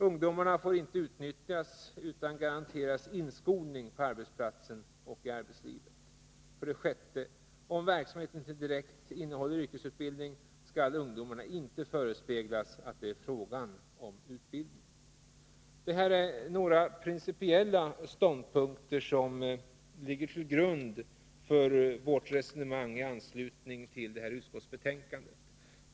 Ungdomarna får inte utnyttjas utan skall garanteras inskolning på arbetsplatsen och i arbetslivet. 6. Om verksamheten inte direkt innehåller yrkesutbildning skall ungdomarna inte förespeglas att det är fråga om utbildning. Det här är principiella ståndpunkter, som ligger till grund för vårt resonemang i anslutning till detta utskottsbetänkande.